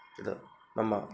तद् मम